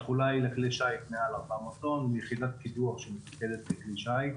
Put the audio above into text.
התחולה היא לכלי שיט מעל 400 טון עם יחידת קידוח של כלי שיט,